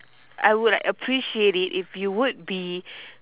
I would like appreciate it if you would be